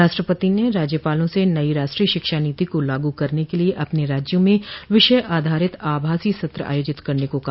राष्ट्रपति ने राज्यपालों से नई राष्ट्रीय शिक्षा नीति को लागू करने के लिए अपने राज्यों में विषय आधारित आभासी सत्र आयोजित करने को कहा